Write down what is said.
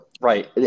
Right